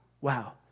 Wow